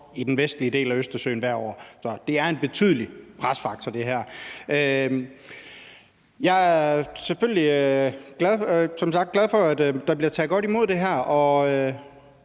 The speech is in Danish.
i den vestlige del af Østersøen hvert år. Så det her er en betydelig presfaktor. Som sagt er jeg selvfølgelig glad for, at der bliver taget godt imod det her,